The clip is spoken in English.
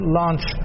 launch